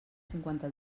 cinquanta